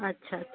अच्छा अच्छा